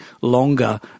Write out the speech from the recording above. longer